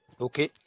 Okay